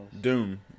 Doom